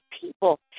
people